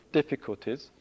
difficulties